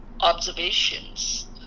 observations